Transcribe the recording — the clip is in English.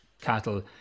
cattle